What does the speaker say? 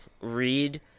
read